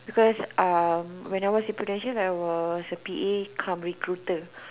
because um when I was in Prudential I was a P_A cum recruiter